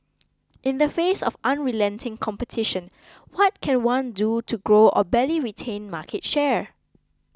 in the face of unrelenting competition what can one do to grow or barely retain market share